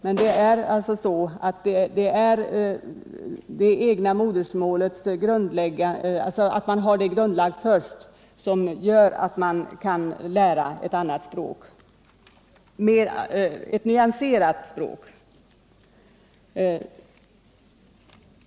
Men det är alltså de grundliga kunskaperna i modersmålet som gör att man sedan kan lära ett annat språk nyanserat.